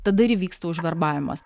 tada ir vyksta užverbavimas